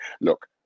look